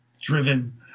driven